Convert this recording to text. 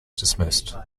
dismissed